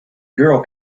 girl